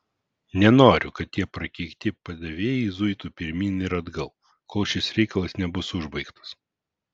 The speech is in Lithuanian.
nenoriu kad tie prakeikti padavėjai zuitų pirmyn ir atgal kol šis reikalas nebus užbaigtas